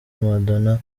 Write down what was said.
madonna